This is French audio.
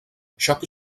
chaque